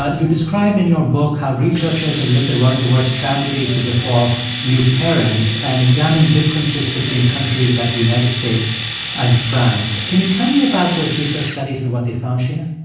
ah you describe in your book how researchers have looked at one of the worst tragedies to befall new parents and examine differences between countries like the united states and france. can you tell me about those research studies and what they found, sheena?